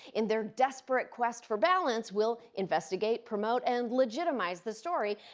in their desperate quest for balance, will investigate, promote, and legitimize the story,